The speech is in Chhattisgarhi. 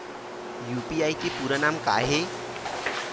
यू.पी.आई के पूरा नाम का ये?